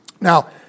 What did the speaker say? Now